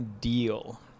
deal